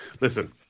listen